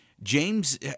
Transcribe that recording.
James